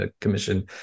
Commission